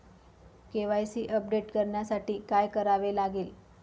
KYC update करण्यासाठी काय करावे लागेल?